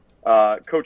Coach